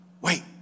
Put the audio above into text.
Wait